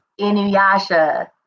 Inuyasha